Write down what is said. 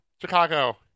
Chicago